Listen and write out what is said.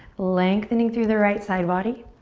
lengthening through the right side body.